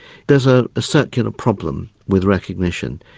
there's a ah circular problem with recognition.